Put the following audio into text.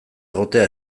egotea